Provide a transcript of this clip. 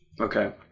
Okay